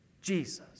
Jesus